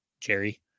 Jerry